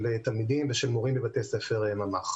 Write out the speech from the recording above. תלמידים ושל מורים בבתי הספר הממ"ח.